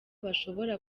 bashobora